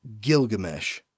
Gilgamesh